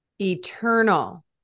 eternal